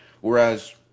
whereas